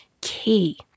key